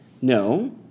No